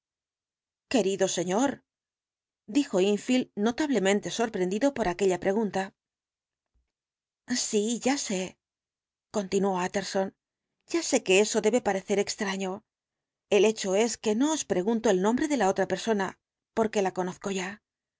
querido señor dijo enfield notablemente sorprendido por aquella pregunta sí ya sé continuó utterson ya sé que eso debe parecer extraño el hecho es que no os pregunto el nombre de la otra persona porque la conozco ya